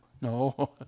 No